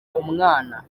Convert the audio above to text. umwana